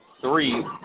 three